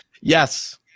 Yes